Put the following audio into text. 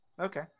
Okay